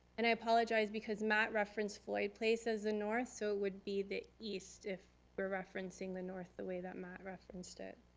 and i apologize because matt referenced floyd place as the north, so it would be the east if we're referencing the north the way that matt referenced it.